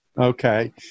Okay